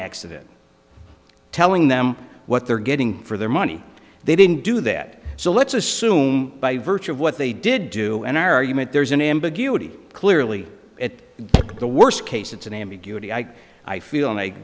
accident telling them what they're getting for their money they didn't do that so let's assume by virtue of what they did do an argument there's an ambiguity clearly at the worst case it's an ambiguity i i feel